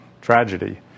tragedy